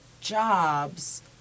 jobs